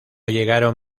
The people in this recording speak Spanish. llegaron